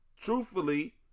Truthfully